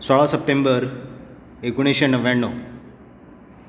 सोळा सप्टेंबर एकुणशें णव्याणव